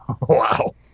Wow